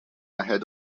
ahead